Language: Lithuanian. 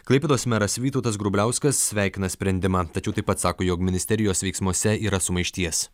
klaipėdos meras vytautas grubliauskas sveikina sprendimą tačiau taip pat sako jog ministerijos veiksmuose yra sumaišties